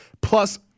plus